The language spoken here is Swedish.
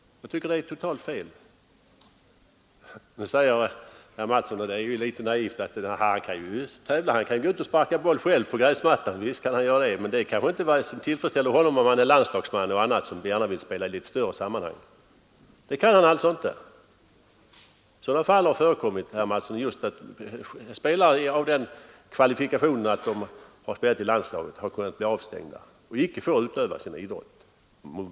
Jag tycker att det är totalt fel. Nu säger herr Mattsson — det är ju litet naivt — att denna spelare kan ju gå ut och sparka boll själv på gräsmattan. Ja, visst kan han göra det, men det är kanske inte något som tillfredsställer honom, om han är landslagsman e. d. och gärna vill spela i litet större sammanhang. Det kan han alltså inte. Sådana fall har förekommit — alltså just att spelare av den kvalifikationen att de har spelat i landslaget blivit avstängda och icke fått utöva sin idrott.